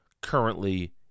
currently